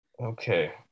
Okay